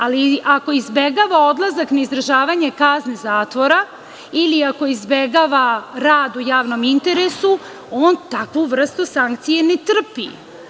Ali, ako izbegava odlazak na izdržavanje kazne zatvora ili ako izbegava rad u javnom interesu, on takvu vrstu sankcije ne trpi.